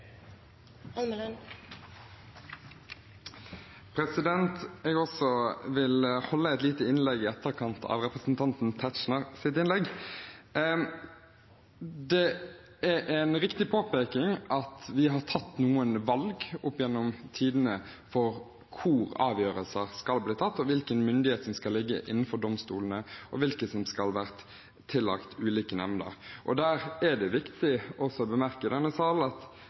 en riktig påpeking at vi har tatt noen valg opp gjennom tidene med hensyn til hvor avgjørelser skal bli tatt, hvilken myndighet som skal ligge innenfor domstolene, og hvilke som skal være tillagt ulike nemnder. Det er viktig å bemerke i denne sal at